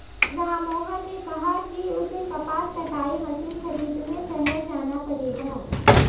राममोहन ने कहा कि उसे कपास कटाई मशीन खरीदने शहर जाना पड़ेगा